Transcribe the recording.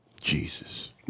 Jesus